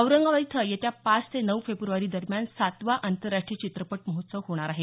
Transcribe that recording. औरंगाबाद इथं येत्या पाच ते नऊ फेब्रवारी दरम्यान सातवा आंतरराष्ट्रीय चित्रपट महोत्सव होणार आहे